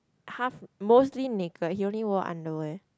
half mostly naked he only wore underwear